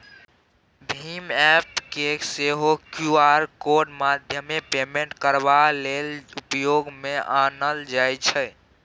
भीम app केँ सेहो Q R कोडक माध्यमेँ पेमेन्ट करबा लेल उपयोग मे आनल जाइ छै